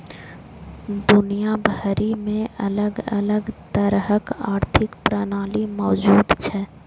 दुनिया भरि मे अलग अलग तरहक आर्थिक प्रणाली मौजूद छै